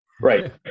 right